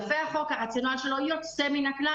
החוק יפה, הרציונל שלו יוצא מן הכלל